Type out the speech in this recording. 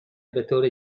بطور